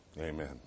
amen